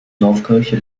dorfkirche